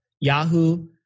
Yahoo